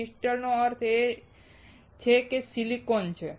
crystal નો અર્થ અહીં સિલિકોન છે